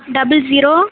double zero